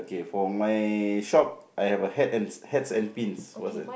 K for my shop I have a hat a hats and pins what's that